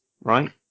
right